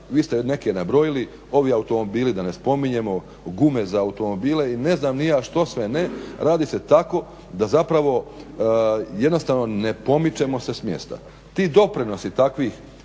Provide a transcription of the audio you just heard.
Vi ste neke nabrojili. Ovi automobili da ne spominjemo, gume za automobile i ne znam ni ja što sve ne, radi se tako da zapravo jednostavno ne pomičemo se s mjesta. Ti doprinosi takvih